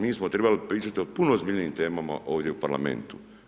Mi smo trebali pričati o puno ozbiljnijim temama ovdje u parlamentu.